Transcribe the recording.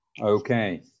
Okay